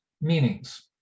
meanings